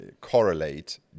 correlate